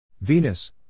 Venus